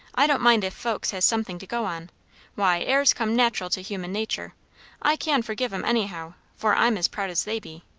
i don't mind if folks has something to go on why, airs come nat'ral to human nature i can forgive em anyhow, for i'm as proud as they be.